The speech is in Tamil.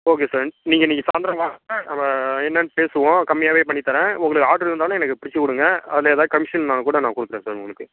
ஓகே சார் நீங்கள் இன்னைக்கு சாயந்தரம் வாங்க நம்ம என்னென்னு பேசுவோம் கம்மியாகவே பண்ணி தரேன் உங்களுக்கு ஆர்டரு இருந்தாலும் எனக்கு பிடித்து கொடுங்க அதில் எதாவது கமிஷன்னால் கூட நான் கொடுக்குறேன் சார் உங்களுக்கு